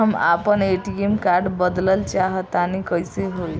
हम आपन ATM card बदलल चाह तनि कइसे होई?